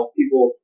people